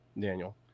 Daniel